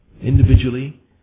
Individually